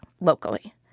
locally